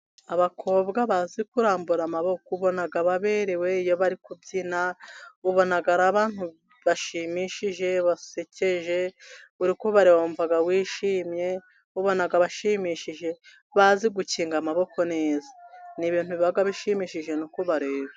Abakobwa bazi kurambura amaboko, ubona baberewe. Iyo bari kubyina, ubona ari abantu bashimishije, basekeje. Uri kubareba, wumva wishimye, ubona bashimishije, bazi gukinga amaboko neza. Ni ibintu biba bishimishije no kubareba.